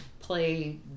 play